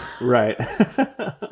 Right